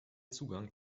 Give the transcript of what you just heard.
zugang